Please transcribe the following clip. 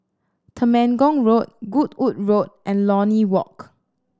Temenggong Road Goodwood Road and Lornie Walk